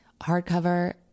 hardcover